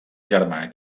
germana